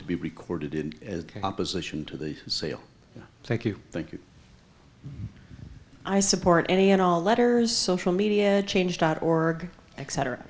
to be recorded as opposition to the sale thank you thank you i support any and all letters social media change dot org etc